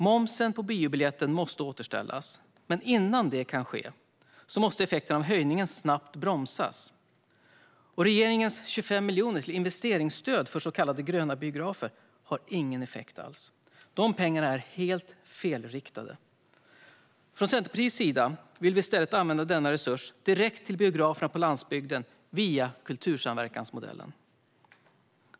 Momsen på biobiljetten måste återställas, men innan det kan ske måste effekterna av höjningen snabbt bromsas. Regeringens 25 miljoner till investeringsstöd för så kallade gröna biografer har ingen effekt alls. De pengarna är helt felriktade. Från Centerpartiets sida vill vi i stället använda denna resurs direkt till biograferna på landsbygden via kultursamverkansmodellen.